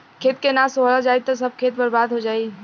खेत के ना सोहल जाई त सब खेत बर्बादे हो जाई